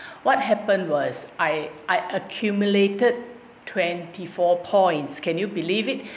what happened was I I accumulated twenty four points can you believe it